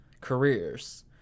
careers